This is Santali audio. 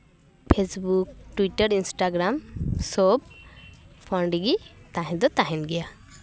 ᱯᱷᱮᱥᱵᱩᱠ ᱴᱩᱭᱴᱟᱨ ᱤᱱᱥᱴᱟᱜᱨᱟᱢ ᱥᱚᱵ ᱯᱷᱳᱱ ᱨᱮᱜᱮ ᱛᱟᱦᱮᱸ ᱫᱚ ᱛᱟᱦᱮᱱ ᱜᱮᱭᱟ